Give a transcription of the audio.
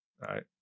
right